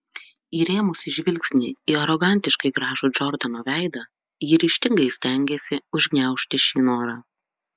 įrėmusi žvilgsnį į arogantiškai gražų džordano veidą ji ryžtingai stengėsi užgniaužti šį norą